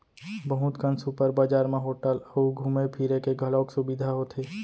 बहुत कन सुपर बजार म होटल अउ घूमे फिरे के घलौक सुबिधा होथे